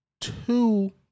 two